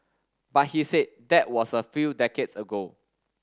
but he said that was a few decades ago